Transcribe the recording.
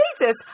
Jesus